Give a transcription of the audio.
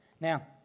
Now